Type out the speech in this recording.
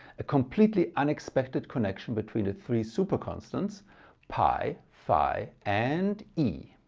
a completely unexpected connection between the three super constants pi phi and e.